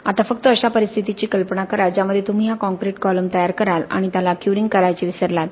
आता फक्त अशा परिस्थितीची कल्पना करा ज्यामध्ये तुम्ही हा काँक्रीट कॉलम तयार कराल आणि त्याला क्युरिंग करायचे विसरलात